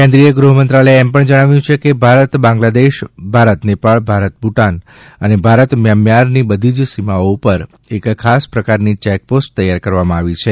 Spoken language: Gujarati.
કેન્દ્રીય ગૃહ્ મંત્રાલયે એમ પણ જણાવ્યું છે કે ભારત બાંગ્લાદેશ ભારત નેપાલ ભારત ભૂટાન અને ભારત મ્યાનમારની બધી જ સીમાઓ ઉપર એક ખાસ પ્રકારની ચેક પોસ્ટ તૈયાર કરવામાં આવી છે